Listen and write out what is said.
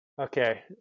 okay